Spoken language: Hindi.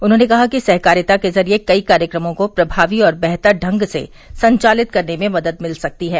उन्होंने कहा कि सहकारिता के ज़रिये कई कार्यक्रमों को प्रमावी और बेहतर ढंग से संवालित करने में मदद मिल सकती है